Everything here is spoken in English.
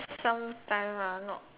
sometimes ah not